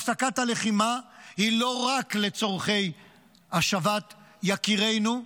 הפסקת הלחימה היא לא רק לצורכי השבת יקירינו,